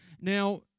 Now